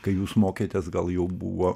kai jūs mokėtės gal jau buvo